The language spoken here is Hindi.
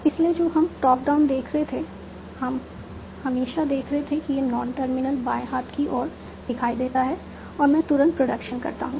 इसलिए जो हम टॉप डाउन देख रहे थे हम हमेशा देख रहे थे कि यह नॉन टर्मिनल बाएं हाथ की ओर दिखाई देता है और मैं तुरंत प्रोडक्शन करता हूं